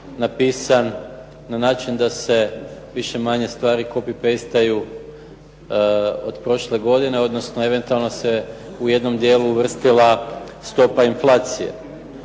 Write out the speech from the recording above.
napisan na način da se više-manje stvari copy pasteaju od prošle godine, odnosno eventualno se u jednom dijelu uvrstila stopa inflacije.